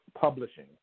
Publishing